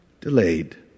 delayed